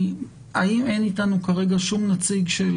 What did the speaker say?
האם אין איתנו כרגע שום נציג של